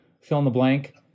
fill-in-the-blank